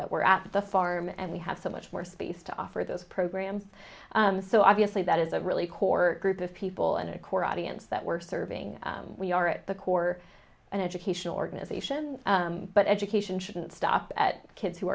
that we're at the farm and we have so much more space to offer those programs so obviously that is a really core group of people and a core audience that we're serving we are at the core an educational organization but education shouldn't stop at kids who